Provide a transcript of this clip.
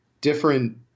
different